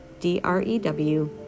d-r-e-w